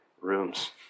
rooms